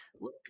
look